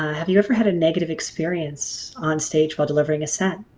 have you ever had a negative experience on stage while delivering a set?